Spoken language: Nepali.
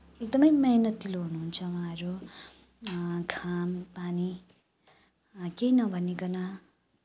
एकदमै मेहनततिलो हुनुहुन्छ उहाँहरू घाम पानी केही नभनीकन